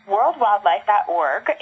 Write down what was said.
WorldWildlife.org